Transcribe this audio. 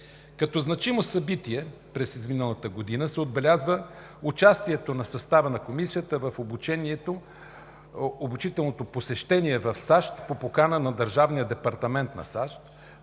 Като значимо събитие през изминалата година се отбелязва участието на състава на Комисията в обучително посещение в САЩ по покана на Държавния департамент на САЩ,